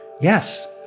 Yes